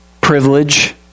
privilege